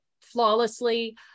flawlessly